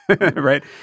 right